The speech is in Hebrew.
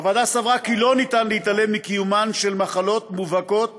הוועדה סברה כי לא ניתן להתעלם מקיומן של מחלות מובהקות